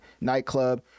nightclub